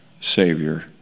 Savior